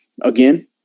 Again